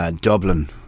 Dublin